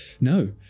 no